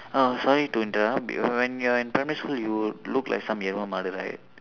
uh sorry to interrupt when you are in primary school you look like some people mother